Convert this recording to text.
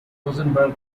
rosenberg